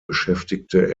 beschäftigte